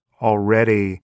already